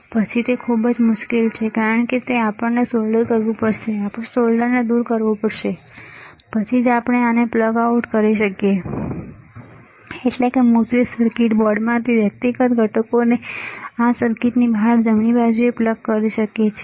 પછી તે ખૂબ જ મુશ્કેલ છે કારણ કે આપણે તેને સોલ્ડર કરવું પડશે આપણે સોલ્ડરને દૂર કરવું પડશે પછી જ આપણે આને પ્લગ આઉટ કરી શકીએ છીએ એટલે કે પ્રિન્ટેડ સર્કિટ બોર્ડમાંથી વ્યક્તિગત ઘટકોને આ સર્કિટની બહાર જમણી બાજુએ પ્લગ કરી શકીએ છીએ